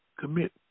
commit